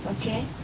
Okay